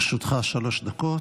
לרשותך שלוש דקות,